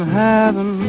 heaven